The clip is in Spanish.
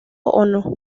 ono